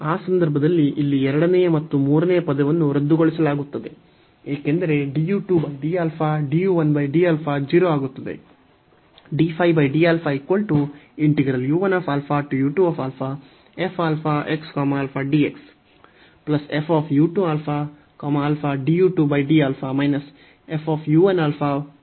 ಆ ಸಂದರ್ಭದಲ್ಲಿ ಇಲ್ಲಿ ಎರಡನೆಯ ಮತ್ತು ಮೂರನೆಯ ಪದವನ್ನು ರದ್ದುಗೊಳಿಸಲಾಗುತ್ತದೆ ಏಕೆಂದರೆ du 2 dα du 1 dα 0 ಆಗುತ್ತದೆ